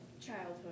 childhood